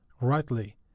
rightly